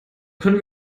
können